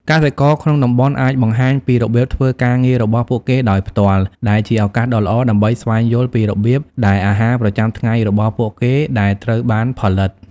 កសិករក្នុងតំបន់អាចបង្ហាញពីរបៀបធ្វើការងាររបស់ពួកគេដោយផ្ទាល់ ដែលជាឱកាសដ៏ល្អដើម្បីស្វែងយល់ពីរបៀបដែលអាហារប្រចាំថ្ងៃរបស់ពួកគេដែលត្រូវបានផលិត ។